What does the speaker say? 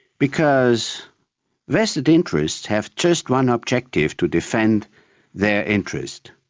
because vested interests have just one objective, to defend their interest.